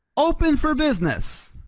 open for business.